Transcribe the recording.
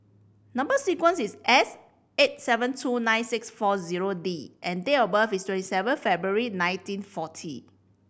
number sequence is S eight seven two nine six four zero D and date of birth is twenty seven February nineteen forty